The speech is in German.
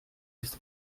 ist